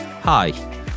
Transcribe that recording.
Hi